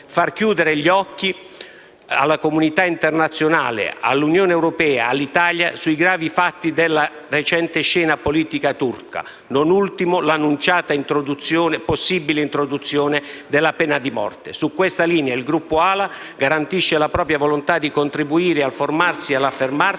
far chiudere gli occhi alla comunità internazionale, all'Unione europea e all'Italia sui gravi fatti della recente scena politica turca, non ultima l'annunciata possibile introduzione della pena di morte. Su questa linea, il Gruppo AL-A garantisce la propria volontà di contribuire al formarsi e all'affermarsi